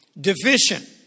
deficient